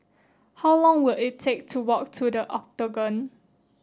how long will it take to walk to The Octagon